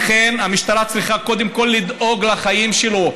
לכן, המשטרה צריכה קודם כול לדאוג לחיים שלו.